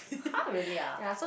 !huh! really ah